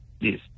Yes